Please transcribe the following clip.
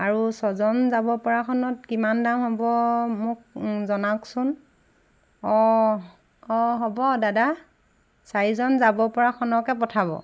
আৰু ছজন যাব পৰাখনত কিমান দাম হ'ব মোক জনাওকচোন অঁ অঁ হ'ব দাদা চাৰিজন যাব পৰাখনকে পঠাব